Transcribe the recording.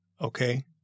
okay